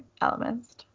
elements